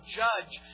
judge